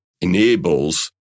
enables